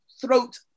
throat